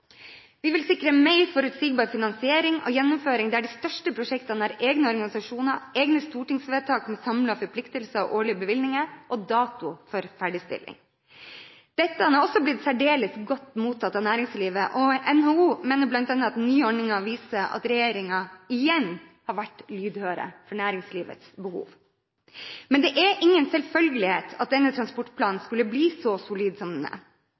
Vi vil sikre mer forutsigbar finansiering og gjennomføring, der de største prosjektene har egne organisasjoner, egne stortingsvedtak med samlede forpliktelser og årlige bevilgninger og dato for ferdigstilling. Dette er også blitt særdeles godt mottatt av næringslivet. NHO mener bl.a. at nye ordninger viser at regjeringen igjen har vært lydhør for næringslivets behov. Men det er ingen selvfølgelighet at denne transportplanen skulle bli så solid som den er.